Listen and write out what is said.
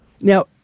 now